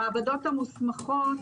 המעבדות המוסמכות,